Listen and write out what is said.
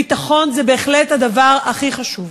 ביטחון זה בהחלט הדבר הכי חשוב,